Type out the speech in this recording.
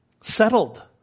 settled